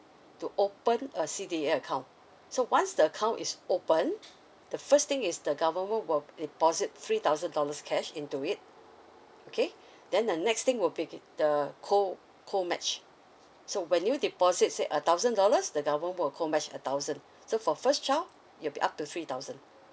to open a C_D_A account so once the account is opened the first thing is the government will deposit three thousand dollars cash into it okay then the next thing will be the co co match so when you deposit say a thousand dollars the government will co match a thousand so for first child it'll be up to three thousand